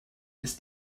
ist